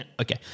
Okay